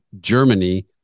Germany